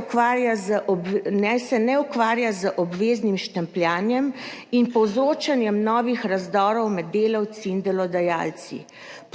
ukvarja naj se ne ukvarja z obveznim štempljanjem in povzročanjem novih razdorov med delavci in delodajalci.